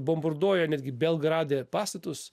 bombarduoja netgi belgrade pastatus